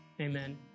amen